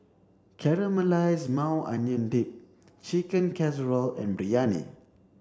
Caramelized Maui Onion Dip Chicken Casserole and Biryani